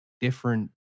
different